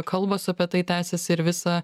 kalbos apie tai tęsiasi ir visą